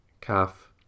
Calf